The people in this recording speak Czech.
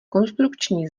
konstrukční